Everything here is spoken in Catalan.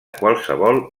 qualsevol